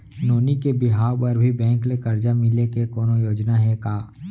नोनी के बिहाव बर भी बैंक ले करजा मिले के कोनो योजना हे का?